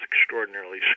extraordinarily